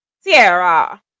Sierra